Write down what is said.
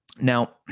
Now